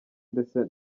ndetse